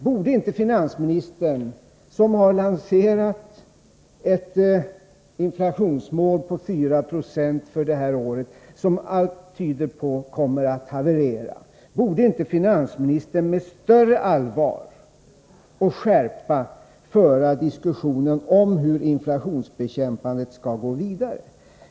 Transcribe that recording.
Borde inte finansministern — som har lanserat det inflationsmål på 4 90 för detta år som enligt alla tecken kommer att haverera — med större allvar och skärpa föra diskussionen om hur inflationsbekämpandet skall gå vidare?